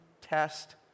test